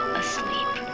asleep